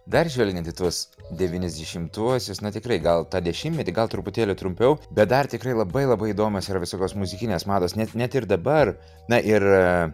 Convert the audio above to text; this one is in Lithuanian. dar žvelgiant į tuos devyniasdešimtuosius na tikrai gal tą dešimtmetį gal truputėlį trumpiau bet dar tikrai labai labai įdomios yra visokios muzikinės mados net net ir dabar na ir